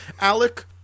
Alec